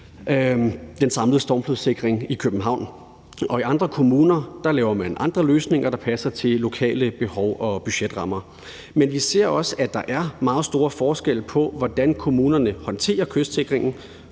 den samlede stormflodssikring i København. Og i andre kommuner laver man andre løsninger, der passer til lokale behov og budgetrammer. Men vi ser også, at der er meget store forskelle på, hvordan kommunerne håndterer kystsikringen.